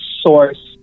source